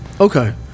okay